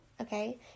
okay